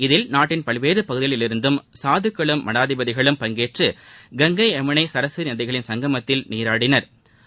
இதில் நாட்டின் பலவேறு பகுதிகளிலிருந்தும் சாதுக்களும் மடாதிபதிகளும் பங்கேற்று கங்கை யமுனை சரஸ்வதி நதிகளின் சங்கமத்தில் நீராடினா்